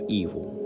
evil